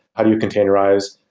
how do you containerize,